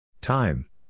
Time